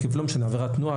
עקב עבירת תנועה,